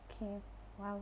okay !wow!